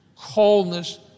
coldness